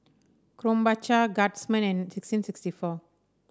Krombacher Guardsman and sixteen sixty four